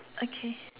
okay